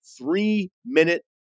three-minute